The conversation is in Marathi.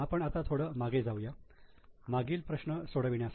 आपण आता थोडं मागे जाऊया मागील प्रश्न सोडविण्यासाठी